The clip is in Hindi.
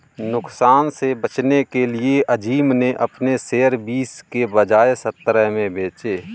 नुकसान से बचने के लिए अज़ीम ने अपने शेयर बीस के बजाए सत्रह में बेचे